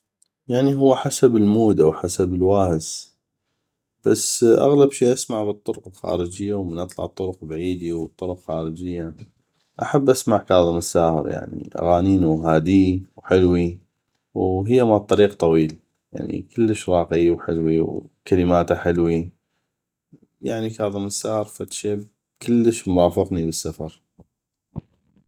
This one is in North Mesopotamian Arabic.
يعني هو حسب المود أو حسب الواهس بس اغلب شي اسمع بالطرق الخارجية أو من اطلع طرق بعيدي من اطلع طرق خارجية احب اسمع كاظم الساهر يعني اغانينو هادي وحلوي وهيه مال طريق طويل يعني كلش راقي وحلوي وكلماته حلوي يعني كاظم الساهر فدشي كلش مرافقني بالسهر